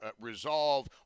resolve